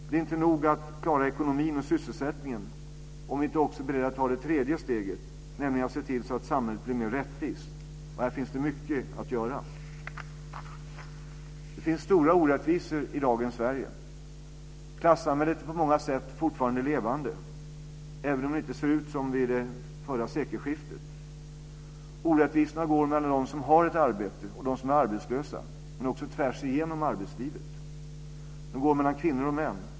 Det är inte nog att klara ekonomin och sysselsättningen om vi inte också är beredda att ta det tredje steget, nämligen att se till att samhället blir mer rättvist. Här finns det mycket att göra. Det finns stora orättvisor i dagens Sverige. Klasssamhället är på många sätt fortfarande levande, även om det inte ser ut som vid det förra sekelskiftet. Orättvisorna går mellan dem som har ett arbete och dem som är arbetslösa, men också tvärs igenom arbetslivet. De går mellan kvinnor och män.